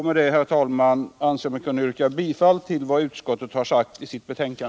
Med detta, herr talman, yrkar jag bifall till utskottets hemställan.